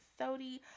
Sodi